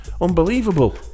Unbelievable